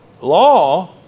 law